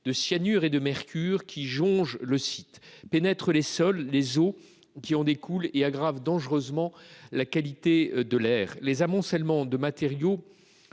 de cyanure et de mercure qui jonchent le site, qui pénètrent les sols avec les eaux qui en découlent et qui aggravent dangereusement la qualité de l'air. Les amoncellements de matériaux